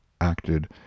acted